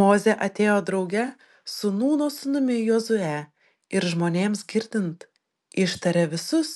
mozė atėjo drauge su nūno sūnumi jozue ir žmonėms girdint ištarė visus